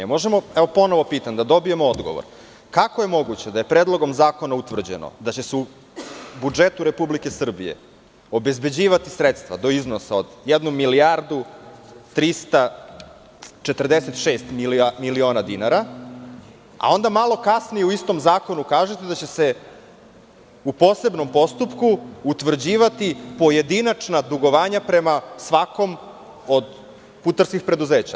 Ponovo pitam da dobijemo odgovor – kako je moguće da je Predlogom zakona utvrđeno da će se u budžetu Republike Srbije obezbeđivati sredstva do iznosa od 1.346.000.000 dinara, a onda malo kasnije, u istom zakonu kažete da će se u posebnom postupku utvrđivati pojedinačna dugovanja prema svakom od putarskih preduzeća?